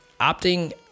opting